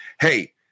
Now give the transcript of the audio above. Hey